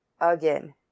again